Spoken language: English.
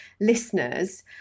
listeners